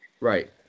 Right